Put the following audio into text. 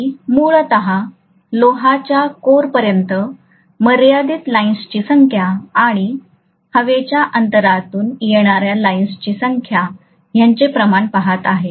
मी मूलत लोहाच्या कोरपर्यंत मर्यादित लाइन्सची संख्या आणि हवेच्या अंतरातून येणाऱ्या लाइन्स संख्या यांचे प्रमाण पाहतो आहे